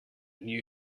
knew